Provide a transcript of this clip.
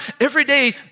everyday